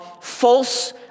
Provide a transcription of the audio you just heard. false